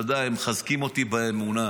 אתה יודע, הם מחזקים אותי באמונה.